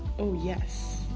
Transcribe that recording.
oh, yes